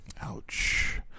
ouch